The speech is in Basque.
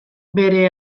bere